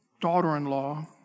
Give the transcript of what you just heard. daughter-in-law